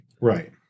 Right